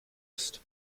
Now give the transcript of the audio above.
ist